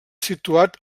situat